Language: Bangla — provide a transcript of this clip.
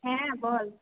হ্যাঁ বল